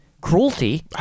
cruelty